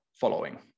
following